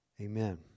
Amen